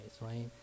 right